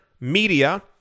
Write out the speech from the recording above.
Media